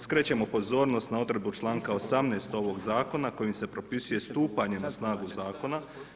Skrećemo pozornost na odredbu članka 18 ovog zakona kojim se propisuje stupanj na snagu zakona.